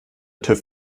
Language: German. tüv